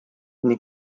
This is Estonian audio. ning